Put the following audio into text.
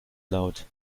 laut